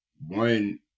one